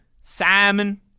salmon